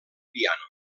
piano